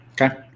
Okay